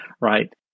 right